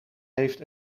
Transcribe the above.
heeft